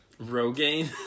Rogaine